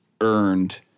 earned